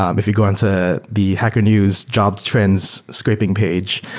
um if you go on to the hacker news jobs trends scraping page,